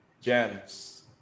gems